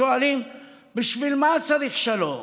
שואלים: בשביל מה צריך שלום?